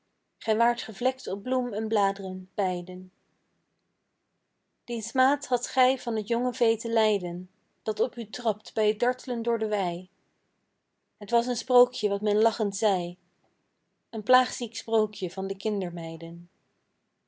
waart gevlekt op bloem en blaadren beiden dien smaad hadt gij van t jonge vee te lijden dat op u trapt bij t dartlen door de wei het was een sprookje wat men lachend zei een plaagziek sprookje van de